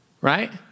right